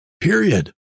Period